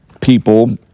people